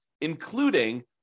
including